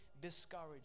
discouraged